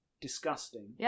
disgusting